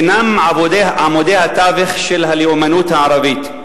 הינם עמודי התווך של הלאומנות הערבית.